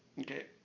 Okay